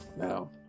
now